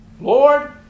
Lord